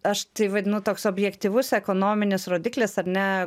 aš tai vadinu toks objektyvus ekonominis rodiklis ar ne